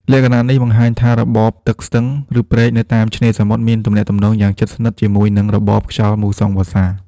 លក្ខណៈនេះបង្ហាញថា របបទឹកស្ទឹង ឬព្រែកនៅតាមឆ្នេរសមុទ្រមានទំនាក់ទំនងយ៉ាងជិតស្និទ្ធជាមួយនឹងរបបខ្យល់មូសុងវស្សា។